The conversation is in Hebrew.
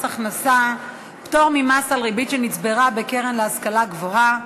הכנסה (פטור ממס על ריבית שנצברה בקרן להשכלה גבוהה),